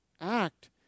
act